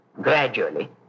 gradually